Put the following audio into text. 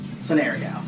scenario